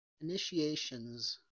initiations